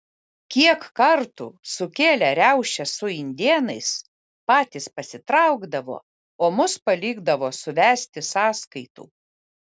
kiek kartų sukėlę riaušes su indėnais patys pasitraukdavo o mus palikdavo suvesti sąskaitų